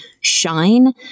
shine